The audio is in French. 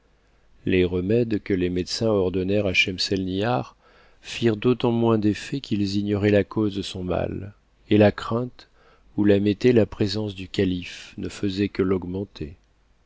les remèdes que les médecins ordonnèrent à schemselnihar firent d'autant moins d'effet qu'ils ignoraient la cause de son mal et la contrainte où la mettait la présence du calife ne faisait que l'augmenter